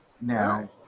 now